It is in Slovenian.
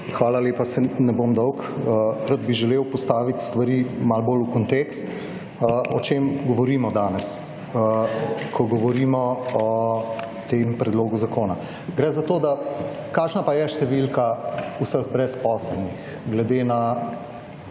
Hvala lepa. Saj ne bom dolg. Rad bi želel postaviti stvari malo bolj v kontekst o čem govorimo danes, ko govorimo o tem predlogu zakona. Gre za to, da kakšna pa je številka vseh brezposelnih glede na